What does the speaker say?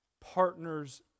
partners